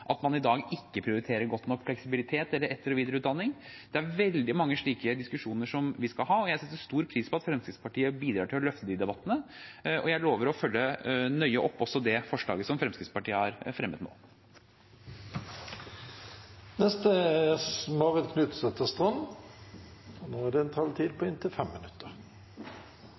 at man i dag ikke godt nok prioriterer fleksibilitet eller etter- og videreutdanning. Det er veldig mange slike diskusjoner som vi skal ha, og jeg setter stor pris på at Fremskrittspartiet bidrar til å løfte de debattene, og jeg lover å følge nøye opp også det forslaget som Fremskrittspartiet har fremmet nå. Jeg skal bare si noen korte ord her, men jeg synes det var en